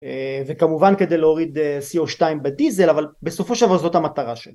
וכמובן כדי להוריד CO2 בדיזל, אבל בסופו של דבר זאת המטרה שלי.